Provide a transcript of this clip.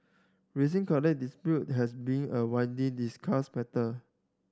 rising college has been a widely discussed matter